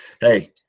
hey